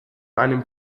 einem